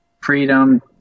freedom